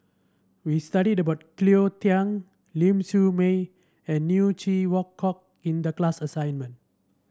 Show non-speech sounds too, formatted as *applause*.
we studied about Cleo Thang Ling Siew May and Neo Chwee *unintelligible* Kok in the class assignment